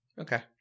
Okay